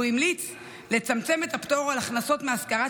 הוא המליץ לצמצם את הפטור על הכנסות מהשכרת